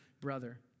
brother